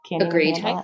Agreed